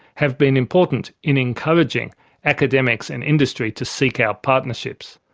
have been important in encouraging academics and industry to seek out partnerships.